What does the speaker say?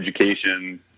education